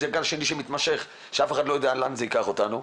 זה גל שני שמתמשך ואף אחד לא יודע לאן זה ייקח אותנו.